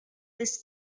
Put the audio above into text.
this